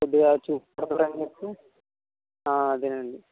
కొద్దిగా చూస్తారని చెప్పి అదే అండి